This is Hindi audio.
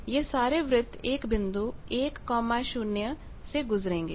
यह सारे वृत्त एक बिंदु 10 से गुजरेंगे